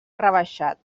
rebaixat